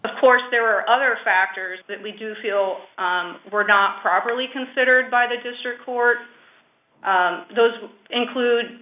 of course there are other factors that we do feel were not properly considered by the district court those include